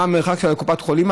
מה המרחק של קופת החולים.